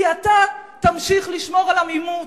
כי אתה תמשיך לשמור על עמימות,